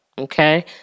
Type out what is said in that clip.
Okay